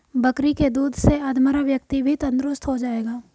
बकरी के दूध से अधमरा व्यक्ति भी तंदुरुस्त हो जाएगा